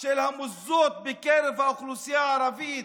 של המוסדות באוכלוסייה הערבית